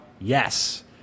yes